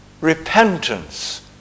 repentance